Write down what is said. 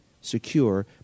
secure